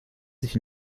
sich